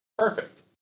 Perfect